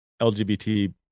lgbt